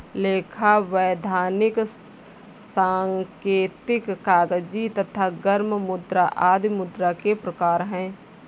लेखा, वैधानिक, सांकेतिक, कागजी तथा गर्म मुद्रा आदि मुद्रा के प्रकार हैं